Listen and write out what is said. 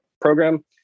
program